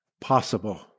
possible